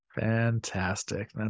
Fantastic